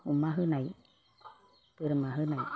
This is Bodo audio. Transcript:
अमा होनाय बोरमा होनाय